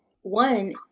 One